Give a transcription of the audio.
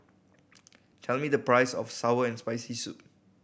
tell me the price of sour and Spicy Soup